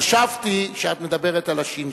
חשבתי שאת מדברת על הש"ש.